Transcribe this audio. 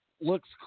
looks